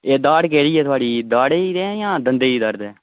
एह् दाढ़ केह्ड़ी ऐ थुआढ़ी दाढ़ गी ऐ जां दंदै गी दर्द ऐ